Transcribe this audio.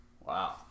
Wow